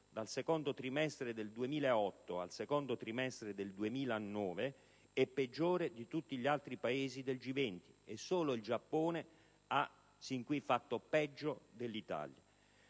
dal secondo trimestre del 2008 al secondo trimestre del 2009, è peggiore di tutti gli altri Paesi del G20, e solo il Giappone ha sin qui fatto peggio dell'Italia.